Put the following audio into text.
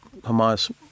Hamas